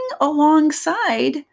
alongside